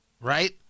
right